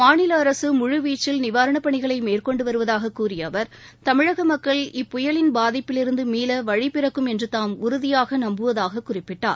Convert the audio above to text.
மாநில அரசு முழுவீச்சில் நிவாரணப்பணிகளை மேற்கொண்டு வருவதாக கூறிய அவர் தமிழக மக்கள் இப்புயலின் பாதிப்பிலிருந்து மீள வழிபிறக்கும் என்று தாம் உறுதியாக நம்புவதாக குறிப்பிட்டார்